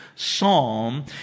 psalm